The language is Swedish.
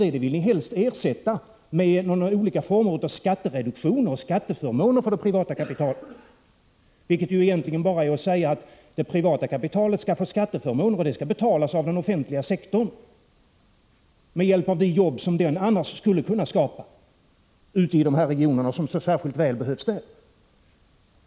Det vill ni helst ersätta med olika former av skattereduktioner och skatteförmåner för det privata kapitalet, vilket egentligen bara är att säga att det privata kapitalet skall få skatteförmåner och att de skall betalas av den offentliga sektorn med hjälp av de jobb som den annars skulle kunna skapa ute i de regioner där de så särskilt väl behövs.